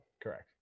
Correct